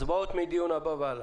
הצבעות רק מהדיון הבא והלאה.